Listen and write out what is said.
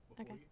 Okay